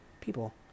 people